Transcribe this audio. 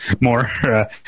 more